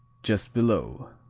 just below.